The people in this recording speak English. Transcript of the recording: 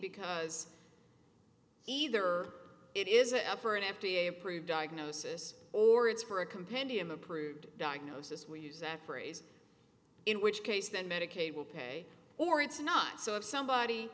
because either it is a for an f d a approved diagnosis or it's for a compendium approved diagnosis we use that phrase in which case then medicaid will pay or it's not so if somebody